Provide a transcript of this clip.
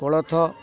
କୋଳଥ